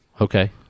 Okay